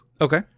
Okay